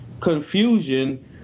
confusion